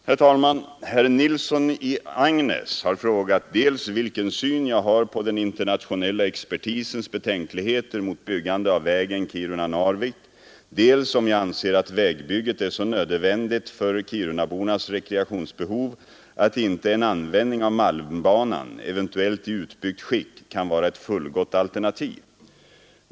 Herr talman! Herr Nilsson i Agnäs har frågat dels vilken syn jag har på den internationella expertisens betänkligheter mot byggande av vägen Kiruna—Narvik, dels om jag anser att vägbygget är så nödvändigt för Kirunabornas rekreationsbehov att inte en användning av malmbanan, eventuellt i utbyggt skick, kan vara ett fullgott alternativ.